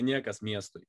niekas miestui